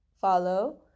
follow